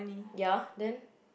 ya then